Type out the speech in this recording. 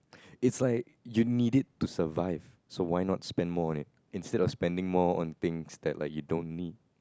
it's like you need it to survive so why not spend more on it instead of spending more on things that like you don't need